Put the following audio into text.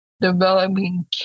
developing